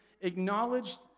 acknowledged